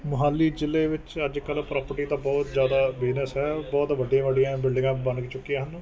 ਮੋਹਾਲੀ ਜ਼ਿਲ੍ਹੇ ਵਿੱਚ ਅੱਜ ਕੱਲ੍ਹ ਪ੍ਰੋਪਰਟੀ ਦਾ ਬਹੁਤ ਜ਼ਿਆਦਾ ਬਿਜ਼ਨਸ ਹੈ ਬਹੁਤ ਵੱਡੇ ਵੱਡੀਆਂ ਬਿਲਡਿੰਗਾਂ ਬਣ ਚੁੱਕੀਆਂ ਹਨ